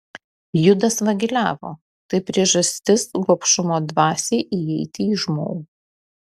judas vagiliavo tai priežastis gobšumo dvasiai įeiti į žmogų